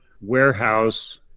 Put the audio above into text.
warehouse